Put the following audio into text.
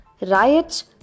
Riots